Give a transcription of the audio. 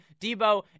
Debo